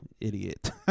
idiot